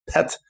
Pet